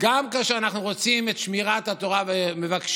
גם כאשר אנחנו רוצים את שמירת התורה ומבקשים